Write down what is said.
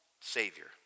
Savior